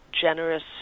generous